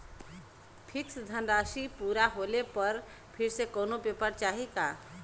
Fix धनराशी पूरा होले पर फिर से कौनो पेपर चाही का?